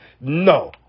No